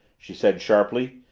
she said sharply,